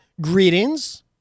Greetings